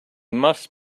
must